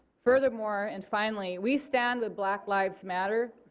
furthermore and finally we stand with black lives matter,